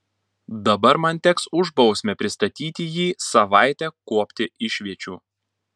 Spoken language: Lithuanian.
dabar man teks už bausmę pristatyti jį savaitę kuopti išviečių